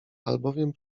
albowiem